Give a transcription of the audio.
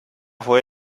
fue